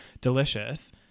delicious